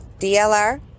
DLR